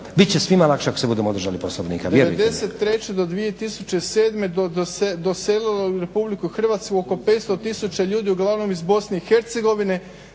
Bit će svima lakše ako se budemo držali poslovnika.